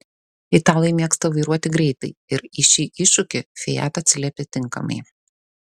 italai mėgsta vairuoti greitai ir į šį iššūkį fiat atsiliepia tinkamai